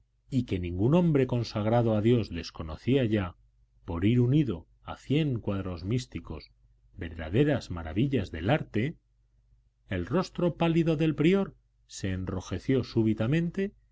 y que ningún hombre consagrado a dios desconocía ya por ir unido a cien cuadros místicos verdaderas maravillas del arte el rostro pálido del prior se enrojeció súbitamente